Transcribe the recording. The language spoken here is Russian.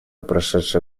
прошедший